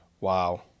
Wow